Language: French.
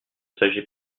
s’agit